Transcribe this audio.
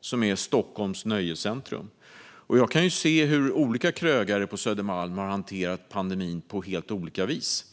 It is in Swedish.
som är Stockholms nöjescentrum, och jag kan se hur olika krögare på Södermalm har hanterat pandemin på helt olika vis.